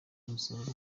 musabwa